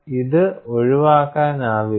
ഇത് ഒഴിവാക്കാനാവില്ല